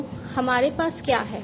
तो हमारे पास क्या है